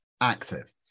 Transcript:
active